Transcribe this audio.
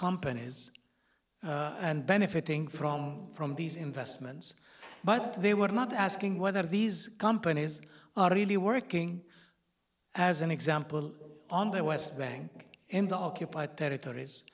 companies and benefiting from from these investments but they were not asking whether these companies are really working as an example on the west bank in the occupied territories